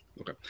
okay